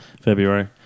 February